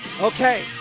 Okay